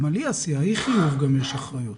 גם על אי חיוב יש אחריות.